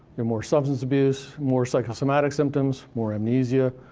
you're more substance abuse, more psychosomatic symptoms, more amnesia,